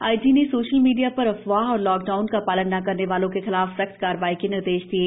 IG ने social media पर अफवाह और लॉक डाउन का पालन न करने वालों के खिलाफ सख्त कार्रवाई करने के निर्देश दिए हैं